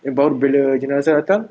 about bila jenazah datang